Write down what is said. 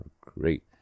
great